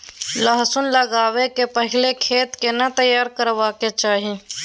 लहसुन लगाबै के पहिले खेत केना तैयार करबा के चाही?